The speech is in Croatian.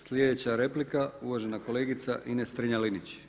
Sljedeća replika uvažena kolegica Ines Strenja-Linić.